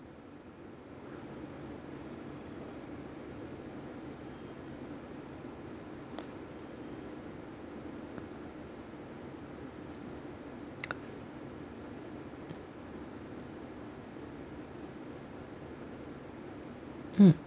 mm